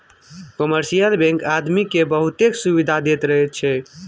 commercial bank आदमी केँ बहुतेक सुविधा दैत रहैत छै